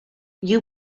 you